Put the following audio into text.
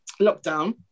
lockdown